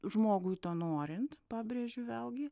žmogui to norint pabrėžiu vėlgi